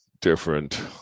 different